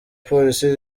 polisi